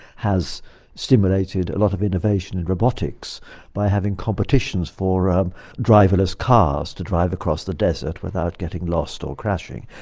has stimulated a lot of innovation in robotics by having competitions for um driverless driverless cars to drive across the desert without getting lost or crashing.